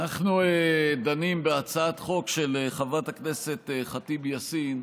אנחנו דנים בהצעת חוק של חברת הכנסת ח'טיב יאסין,